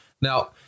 Now